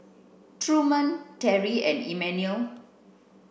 Truman Terrie and Emanuel